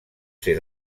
ser